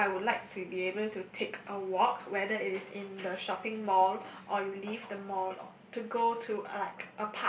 so I would like to be able to take a walk whether it is in the shopping mall or you leave the mall or to go to like